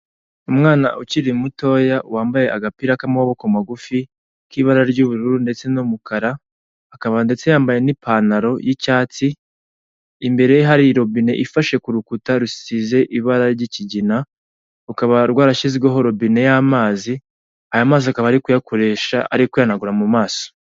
Umwana ukiri mutoya wambaye agapira k'amaboko magufi k'ibara ry'ubururu ndetse n'umukara akaba ndetse yambaye n'ipantaro y'icyatsi, imbere hari robine ifashe ku rukuta rusize ibara ry'ikigina rukaba rwarashyizweho robine y'amazi aya mazi akaba ari kuyakoresha ari kwihanagura mu maso.